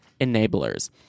enablers